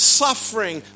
suffering